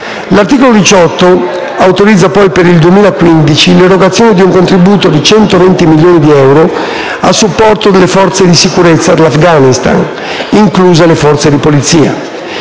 L'articolo 18 autorizza per il 2015 l'erogazione di un contributo di 120 milioni di euro a supporto delle forze di sicurezza dell'Afghanistan, incluse le forze di polizia.